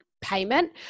payment